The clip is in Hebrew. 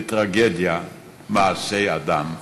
לטרגדיה מעשה אדם עכשיו.